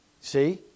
See